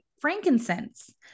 Frankincense